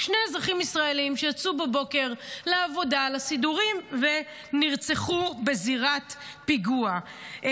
שני אזרחים ישראלים שיצאו בבוקר לעבודה ולסידורים ונרצחו בזירת פיגוע.